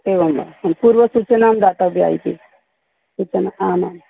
एवं वा पूर्वसूचना दातव्या इति सूचना आमाम्